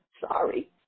Sorry